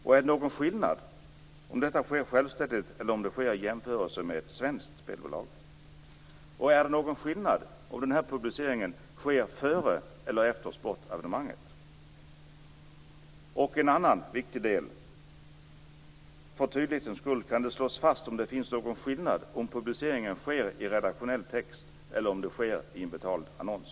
Är det någon skillnad om detta sker självständigt eller om det sker i jämförelse med ett svenskt spelbolag? Är det någon skillnad om den här publiceringen sker före eller efter sportevenemanget? Sedan finns det en annan viktig fråga. Kan det, för tydlighetens skull, slås fast om det finns någon skillnad om publiceringen sker i redaktionell text eller om den sker i en betald annons?